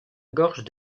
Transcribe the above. gorge